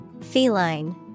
Feline